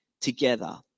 together